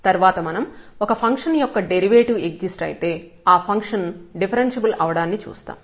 తర్వాత మనం ఒక ఫంక్షన్ యొక్క డెరివేటివ్ ఎగ్జిస్ట్ అయితే ఆ ఫంక్షన్ డిఫరెన్ష్యబుల్ అవడాన్ని చూస్తాం